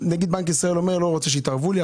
נגיד בנק ישראל אומר לא רוצה שיתערבו לי,